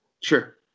Sure